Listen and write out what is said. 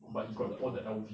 !wah! 这么多